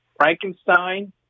Frankenstein